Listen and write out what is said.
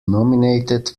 nominated